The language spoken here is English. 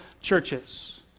churches